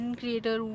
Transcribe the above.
creator